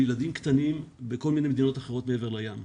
של ילדים קטנים בכל מיני מדינות אחרות מעבר לים.